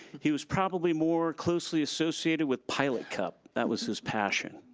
he was probably more closely associated with pilot cup, that was his passion.